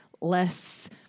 less